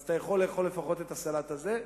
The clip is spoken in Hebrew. אז אתה יכול לאכול לפחות את הסלט הזה.